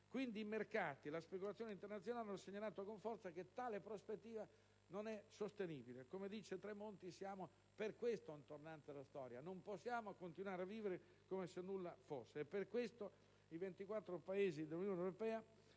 Quindi, i mercati, la speculazione internazionale, hanno segnalato con forza che tale prospettiva è insostenibile. Come dice Tremonti, è per questo che ci troviamo di fronte ad un tornante della storia. Non possiamo continuare a vivere come se nulla fosse. Per questo i 24 Paesi dell'Unione europea